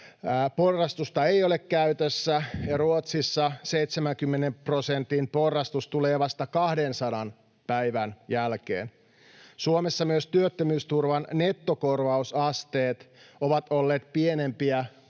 porrastusta ei ole käytössä, ja Ruotsissa 70 prosentin porrastus tulee vasta 200 päivän jälkeen. Suomessa myös työttömyysturvan nettokorvausasteet ovat olleet pienempiä